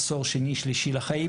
עשור שני-שלישי לחיים,